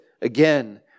again